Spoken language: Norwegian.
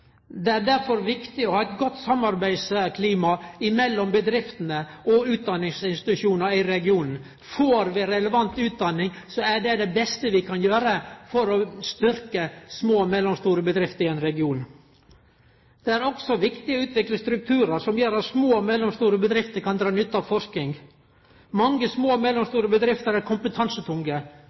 Det er derfor viktig å ha eit godt samarbeidsklima mellom bedriftene og utdanningsinstitusjonane i regionen. Får vi relevant utdanning, er det det beste vi kan gjere for å styrkje små og mellomstore bedrifter i ein region. Det er også viktig å utvikle strukturar som gjer at små og mellomstore bedrifter kan dra nytte av forsking. Mange små og mellomstore bedrifter er